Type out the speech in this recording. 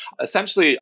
essentially